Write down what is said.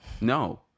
no